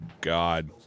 God